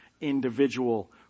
individual